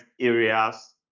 areas